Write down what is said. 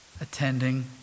attending